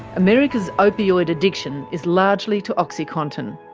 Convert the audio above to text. america's opioid addiction is largely to oxycontin.